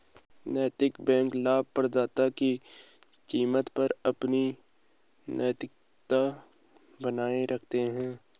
नैतिक बैंक लाभप्रदता की कीमत पर अपनी नैतिकता बनाए रखते हैं